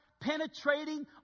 penetrating